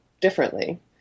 differently